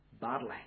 badly